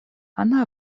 она